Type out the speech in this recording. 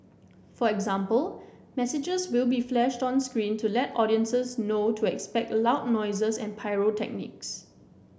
for example messages will be flashed on screen to let audiences know to expect loud noises and pyrotechnics